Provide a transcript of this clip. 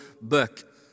book